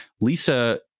Lisa